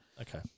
okay